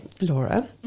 Laura